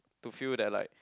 to feel that like